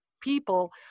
people